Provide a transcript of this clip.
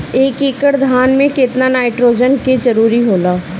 एक एकड़ धान मे केतना नाइट्रोजन के जरूरी होला?